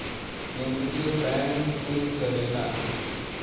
केन्द्रीय बैंक से चलेला